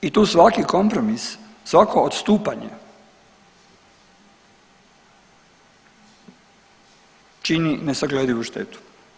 I tu svaki kompromis, svako odstupanje čini nesagledivu štetu.